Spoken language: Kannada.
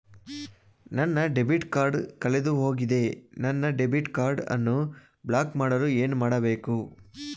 ನನ್ನ ಡೆಬಿಟ್ ಕಾರ್ಡ್ ಕಳೆದುಹೋಗಿದೆ ನನ್ನ ಡೆಬಿಟ್ ಕಾರ್ಡ್ ಅನ್ನು ಬ್ಲಾಕ್ ಮಾಡಲು ಏನು ಮಾಡಬೇಕು?